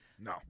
No